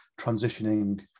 transitioning